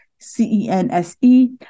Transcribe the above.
C-E-N-S-E